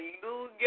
hallelujah